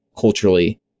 culturally